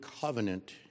covenant